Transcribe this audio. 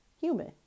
human